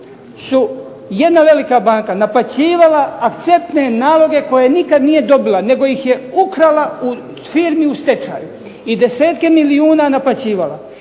su jedna velika banka naplaćivala akceptne naloge koje nikada nije dobila, nego ih je ukrala u firmi u stečaju i desetke milijuna naplaćivala.